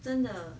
真的